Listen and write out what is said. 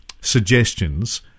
suggestions